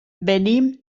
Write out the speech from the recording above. venim